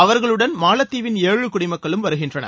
அவர்களுடன் மாலத்தீவின் ஏழு குடிமக்களும் வருகின்றனர்